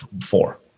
four